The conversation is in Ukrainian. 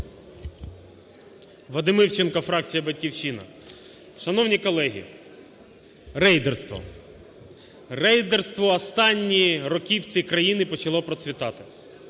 Вадим Івченко фракція "Батьківщина". Шановні колеги! Рейдерство. Рейдерство останні роки в цій країні почало процвітати.